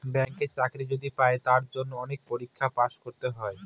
ব্যাঙ্কের চাকরি যদি পাই তার জন্য অনেক পরীক্ষায় পাস করতে হয়